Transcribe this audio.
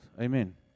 Amen